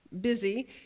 busy